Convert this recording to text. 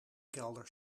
kelder